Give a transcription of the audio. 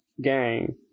gang